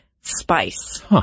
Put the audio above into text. spice